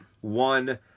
One